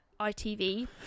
itv